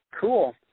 Cool